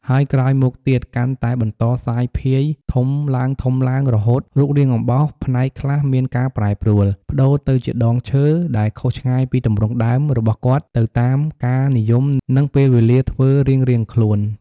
ហើយក្រោយមកទៀតកាន់តែបន្តរសាយភាយធំឡើងៗរហូត រូបរាងអំបោសផ្នែកខ្លះមានការប្រែប្រួល ប្តូរទៅជាដងឈើ ដែលខុសឆ្ងាយពីទំរង់ដើមរបស់គាត់ទៅតាមការនិយមនិងពេលវេលាធ្វើរាងៗខ្លួន។